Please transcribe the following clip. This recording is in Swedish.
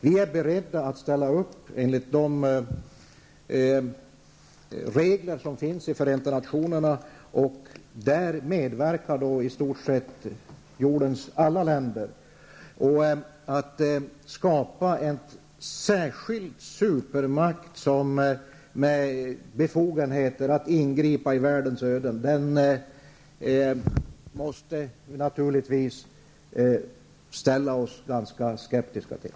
Vi är beredda att ställa upp enligt de regler som finns i Förenta nationerna och medverka när det gäller i stort sett jordens alla länder. Att skapa en särskild supermakt med befogenheter att ingripa i världens öden måste vi ställa oss ganska skeptiska till.